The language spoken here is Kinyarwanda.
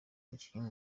umukinnyi